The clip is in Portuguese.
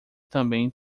também